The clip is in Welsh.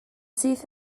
syth